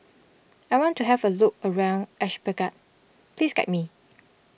I want to have a look around Ashgabat please guide me